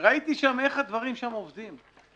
וראיתי איך הדברים שם עובדים.